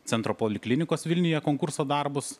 centro poliklinikos vilniuje konkurso darbus